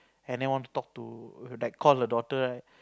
and then want to talk to like call the daughter right